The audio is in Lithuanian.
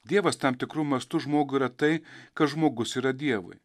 dievas tam tikru mastu žmogų yra tai kas žmogus yra dievui